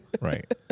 Right